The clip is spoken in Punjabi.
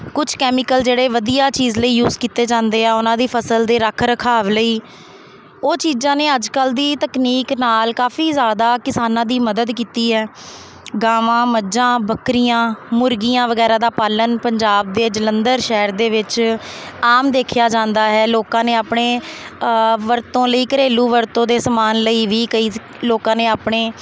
ਕੁਛ ਕੈਮੀਕਲ ਜਿਹੜੇ ਵਧੀਆ ਚੀਜ਼ ਲਈ ਯੂਜ ਕੀਤੇ ਜਾਂਦੇ ਹੈ ਉਹਨਾਂ ਦੀ ਫ਼ਸਲ ਦੀ ਰੱਖ ਰਖਾਵ ਲਈ ਉਹ ਚੀਜ਼ਾਂ ਨੇ ਅੱਜ ਕੱਲ੍ਹ ਦੀ ਤਕਨੀਕ ਨਾਲ ਕਾਫ਼ੀ ਜ਼ਿਆਦਾ ਕਿਸਾਨਾਂ ਦੀ ਮਦਦ ਕੀਤੀ ਹੈ ਗਾਵਾਂ ਮੱਝਾਂ ਬੱਕਰੀਆਂ ਮੁਰਗੀਆਂ ਵਗੈਰਾ ਦਾ ਪਾਲਣ ਪੰਜਾਬ ਦੇ ਜਲੰਧਰ ਸ਼ਹਿਰ ਦੇ ਵਿੱਚ ਆਮ ਦੇਖਿਆ ਜਾਂਦਾ ਹੈ ਲੋਕਾਂ ਨੇ ਆਪਣੇ ਆ ਵਰਤੋਂ ਲਈ ਘਰੇਲੂ ਵਰਤੋ ਦੇ ਸਮਾਨ ਲਈ ਵੀ ਕਈ ਲੋਕਾਂ ਨੇ ਆਪਣੇ